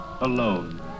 alone